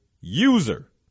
user